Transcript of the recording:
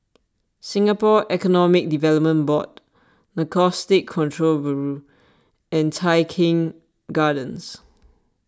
Singapore Economic Development Board Narcotics Control Bureau and Tai Keng Gardens